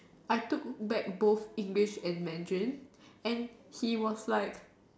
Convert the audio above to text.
I took back both English and Mandarin and he was like